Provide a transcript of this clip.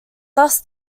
thus